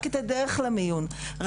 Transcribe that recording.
רק את הדרך למיון,